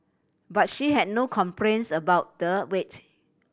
but she had no complaints about the wait